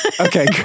Okay